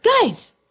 guys